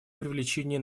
привлечение